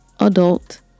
adult